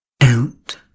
out